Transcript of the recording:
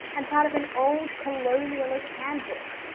and part of an old colonialist handbook.